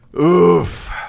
Oof